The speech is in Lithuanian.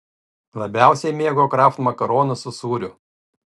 labiausiai mėgo kraft makaronus su sūriu